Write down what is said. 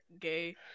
gay